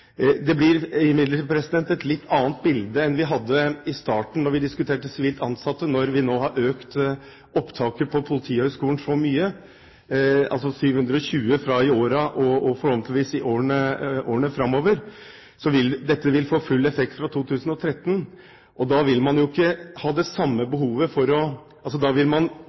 Det blir imidlertid et litt annet bilde enn det vi hadde i starten da vi diskuterte sivilt ansatte, når vi nå har økt opptaket til Politihøgskolen så mye, altså 720 fra i år av og forhåpentligvis i årene framover. Dette vil få full effekt fra 2013. Da vil man ikke trenge nødløsninger – holdt jeg på å si – med å sette inn sivilt ansatte for å frigjøre politikraft. Da kan man